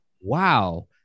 wow